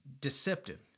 deceptive